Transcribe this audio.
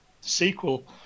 sequel